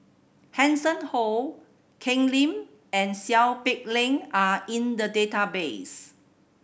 Hanson Ho Ken Lim and Seow Peck Leng are in the database